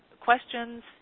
questions